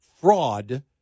fraud